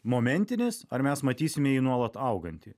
momentinis ar mes matysime jį nuolat augantį